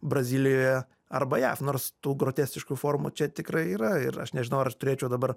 brazilijoje arba jav nors tų groteskiškų formų čia tikrai yra ir aš nežinau ar aš turėčiau dabar